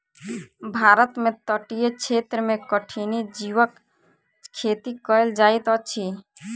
भारत में तटीय क्षेत्र में कठिनी जीवक खेती कयल जाइत अछि